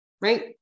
right